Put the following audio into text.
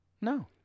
No